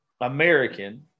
American